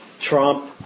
Trump